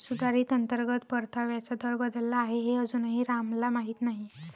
सुधारित अंतर्गत परताव्याचा दर बदलला आहे हे अजूनही रामला माहीत नाही